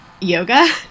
yoga